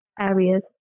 areas